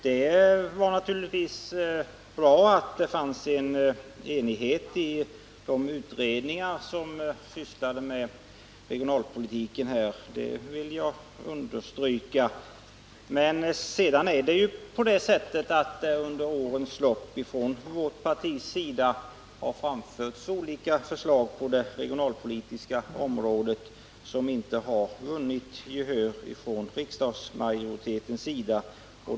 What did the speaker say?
Det är naturligtvis bra att det fanns enighet i de utredningar som sysslade med regionalpolitiken, det vill jag understryka. Men under årens lopp har det från vårt partis sida framförts olika förslag på det regionalpolitiska området som inte har vunnit gehör hos riksdagsmajoriteten.